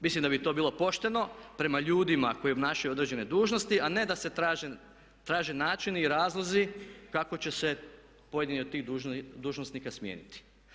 Mislim da bi to bilo pošteno prema ljudima koji obnašaju određene dužnosti, a ne da se traže načini i razlozi kako će se pojedini od tih dužnosnika smijeniti.